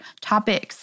topics